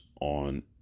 on